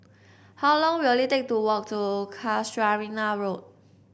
how long will it take to walk to Casuarina Road